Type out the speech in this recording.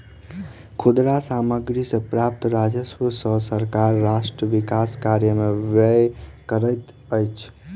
खुदरा सामग्री सॅ प्राप्त राजस्व सॅ सरकार राष्ट्र विकास कार्य में व्यय करैत अछि